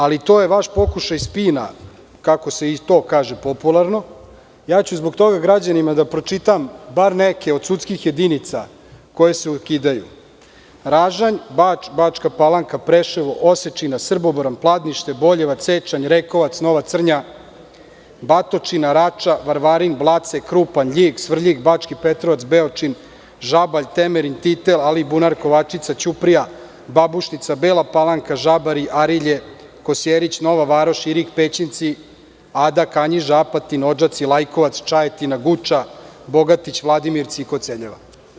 Ali, to je vaš pokušaj spina, kako se i to kaže popularno, ja ću zbog toga građanima da pročitam bar neke od sudskih jedinica koje se ukidaju – Ražanj, Bač, Bačka Palanka, Preševo, Osečina, Srbobran, Plandište, Boljevac, Sečanj, Rekovac, Nova Crnja, Batočina, Rača, Varvarin, Blace, Krupanj, Ljig, Svrljig, Bački Petrovac, Beočin, Žabalj, Temerin, Titel, Alibunar, Kovačica, Ćuprija, Babušnica, Bela Palanka, Žabari, Arilje, Kosjerić, Nova Varoš, Irig, Pećinci, Ada, Kanjiža, Apatin, Odžaci, Lajkovac, Čajetina, Guča, Bogatić, Vladimirci i Koceljeva.